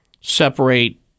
separate